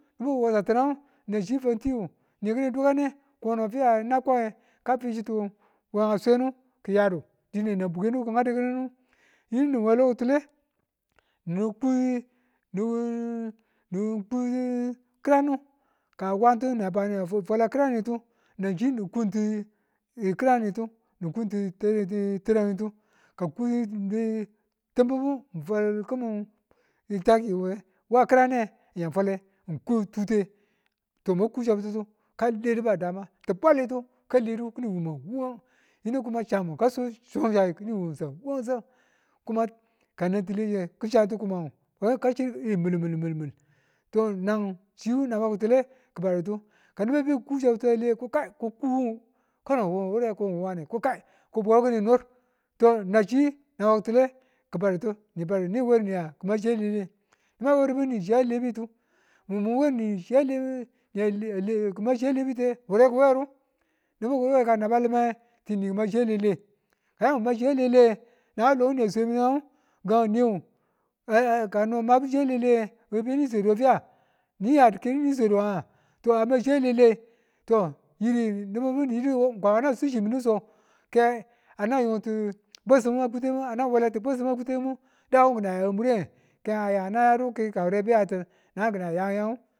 Nan chi fantiyu ni ki̱nin dukane kono afiya na kwame kafichitu kono a swenu kiyatu dine nan bukenu ki ngadi̱kinnu. Yinu we lo ki̱tule ni ku ki̱ranu kawantu naba na fwala ki̱ranetu nang chinikuntu ki̱ranitu na taranitu ni kunti timbibu ni fwal kimin taki ye we wa kirane ng fwale ng ku chabtitu to mwa ko chabu kaledu badama ti̱bwalitu ka ledu ki̱nin wumangwumang yini kuma chamu ka chir chungi ki̱ni wunchang kuma kawuleshiye kanan titile to nan chiru naba ki̱tule ki̱baditu ka niba be ku chabtitale ko kano kuwu wu wure? ko wu wane ko kai bwewu kini nir nanchi naba kitule kibeditu nan werni ama chiya lele, niba werbuq ni kima chiya lebitu mun mu weni chi ya a lebete wure ki weru? nibu ki werka naba lime tiniki ma chiya lele kayamu ma chiya lele nan lo ni yan swe yan ngun niwu, kano mabu chiya lele no wena swedu we fiya? niyadu ke ni sweduwa? to amachi a lele nibibibu niyidi ko kwama na subshimindu so ke na yuntu bwesimu a kutemu ana welatu bwesimba kutembu dawu kina ya we mure keye na yadu kawure yatu we mure kan ngu kina yaye.